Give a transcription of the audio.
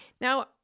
Now